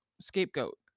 Scapegoat